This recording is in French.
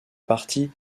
partie